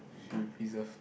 should be preserved